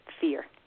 fear